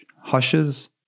hushes